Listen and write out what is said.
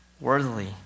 worthily